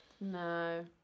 No